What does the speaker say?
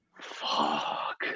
fuck